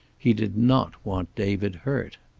he did not want david hurt.